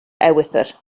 ewythr